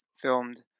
filmed